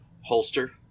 holster